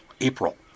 April